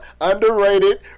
underrated